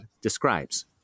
describes